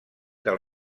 del